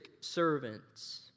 servants